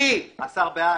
השר בעד?